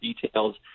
details